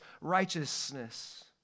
righteousness